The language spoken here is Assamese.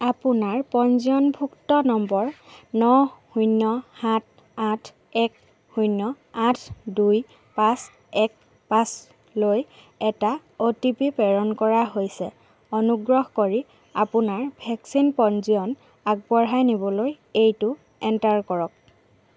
আপোনাৰ পঞ্জীয়নভুক্ত নম্বৰ ন শূন্য সাত আঠ এক শূন্য আঠ দুই পাঁচ এক পাঁচ লৈ এটা অ' টি পি প্ৰেৰণ কৰা হৈছে অনুগ্ৰহ কৰি আপোনাৰ ভেকচিন পঞ্জীয়ন আগবঢ়াই নিবলৈ এইটো এণ্টাৰ কৰক